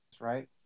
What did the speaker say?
right